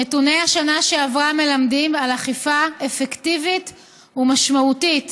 נתוני השנה שעברה מלמדים על אכיפה אפקטיבית ומשמעותית